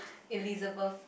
Elizabeth